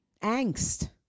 Angst